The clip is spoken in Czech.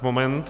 Moment.